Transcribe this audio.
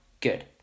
Good